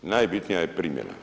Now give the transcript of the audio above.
Najbitnija je primjena.